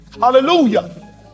Hallelujah